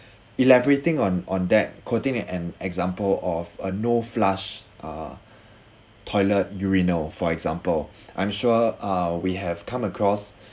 elaborating on on that quoting an example of a no flush uh toilet urinal for example I'm sure uh we have come across